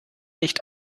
nicht